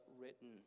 written